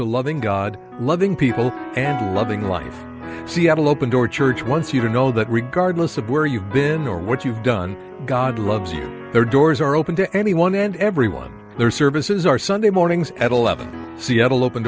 to loving god loving people and loving life she had an open door church once you do know that regardless of where you've been or what you've done god loves you there doors are open to anyone and everyone their services are sunday mornings at eleven seattle open